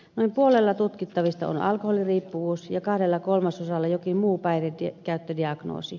noin puolella tutkittavista on alkoholiriippuvuus ja kahdella kolmasosalla jokin muu päihdekäyttödiagnoosi